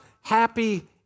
happy